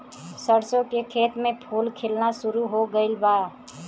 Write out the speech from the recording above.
सरसों के खेत में फूल खिलना शुरू हो गइल बा